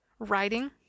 Writing